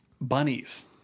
bunnies